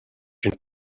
une